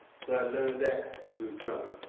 learned that through drums.